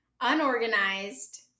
unorganized